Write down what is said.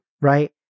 Right